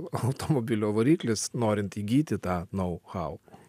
automobilio variklis norint įgyti tą nau hau